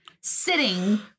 sitting